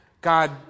God